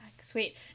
Sweet